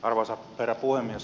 arvoisa herra puhemies